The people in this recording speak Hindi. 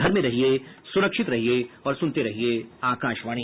घर में रहिये सुरक्षित रहिये और सुनते रहिये आकाशवाणी